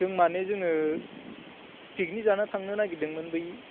जों मानि जोङो पिकनिक जानो थांनो नागिरदोंमोन बै